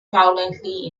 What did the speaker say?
violently